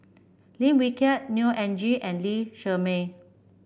Lim Wee Kiak Neo Anngee and Lee Shermay